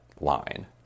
line